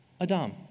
Adam